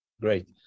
Great